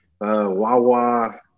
Wawa